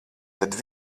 tad